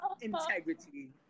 integrity